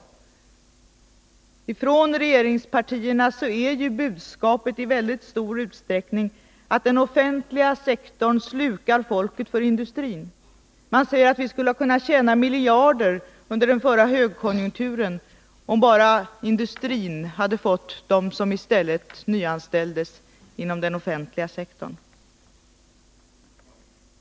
Budskapet från regeringspartierna är att den offentliga sektorn slukar folket för industrin. Man säger att vi hade kunnat tjäna miljarder under den förra högkonjunkturen, om bara industrin hade fått den arbetskraft som i stället nyanställdes inom den offentliga sektorn.